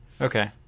Okay